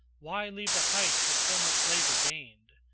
why leave the heights with so much labor gained?